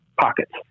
pockets